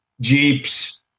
jeeps